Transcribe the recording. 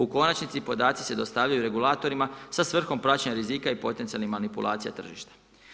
U konačnici podaci se dostavljaju regulatorima sa svrhom praćenja rizika i potencijalnim manipulacijama tržišta.